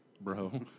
bro